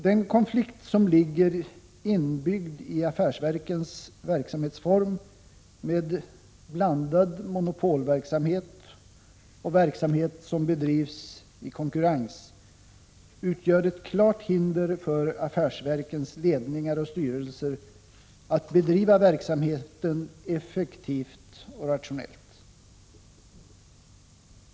Den konflikt som ligger inbyggd i affärsverkens verksamhetsform, med blandad monopolverksamhet och verksamhet som bedrivs i konkurrens, utgör ett klart hinder för affärsverkens ledningar och styrelser att bedriva verksamheten effektivt och rationellt.